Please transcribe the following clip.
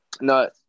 No